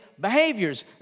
behaviors